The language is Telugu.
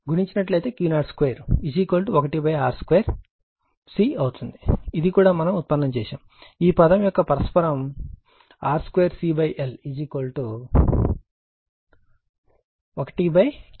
Q0 Q0 ను గుణించినట్లయితే Q02 1R2 C అవుతుంది ఇది కూడా మనం ఉత్పన్నం చేసాము ఈ పదం యొక్క పరస్పరం R 2 C L 1 Q02